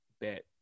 bet